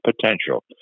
potential